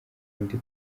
undi